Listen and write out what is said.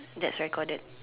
that's recorded